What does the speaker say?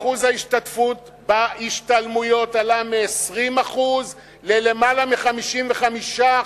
אחוז ההשתתפות בהשתלמויות עלה מ-20% ללמעלה מ-55%.